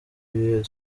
ibihe